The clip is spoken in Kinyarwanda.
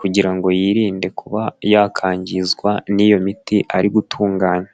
kugira ngo yirinde kuba yakangizwa n'iyo miti ari gutunganya.